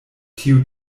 tio